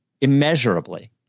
immeasurably